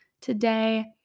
today